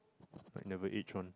like never age one